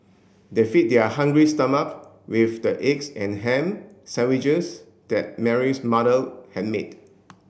they fed their hungry stomach with the eggs and ham sandwiches that Mary's mother had made